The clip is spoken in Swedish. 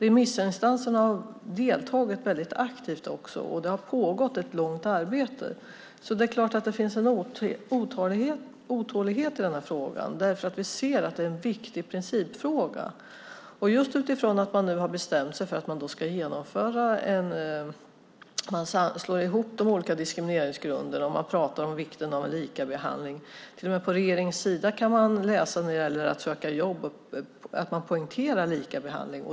Remissinstanserna har deltagit aktivt, och det har pågått ett långt arbete. Det är klart att det finns en otålighet i frågan, för vi ser att det är en viktig principfråga. Nu har man bestämt sig för att genomföra en hopslagning av de olika diskrimineringsgrunderna och pratar om vikten av likabehandling. Till och med på regeringens hemsida kan man läsa att man poängterar likabehandling av dem som söker jobb.